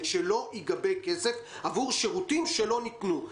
שלא ייגבה כסף עבור שירותים שלא ניתנו,